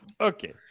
Okay